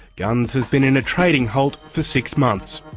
gunns has been in a trading halt for six months.